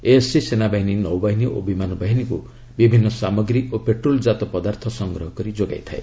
ASC ସେନାବାହିନୀ ନୌବାହିନୀ ଓ ବିମାନ ବାହିନୀକୁ ବିଭିନ୍ନ ସାମଗ୍ରୀ ଓ ପେଟ୍ରୋଲଜ୍ଚାତ ପଦାର୍ଥ ସଂଗ୍ରହ କରି ଯୋଗାଇଥାଏ